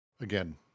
Again